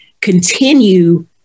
continue